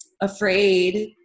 afraid